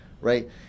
right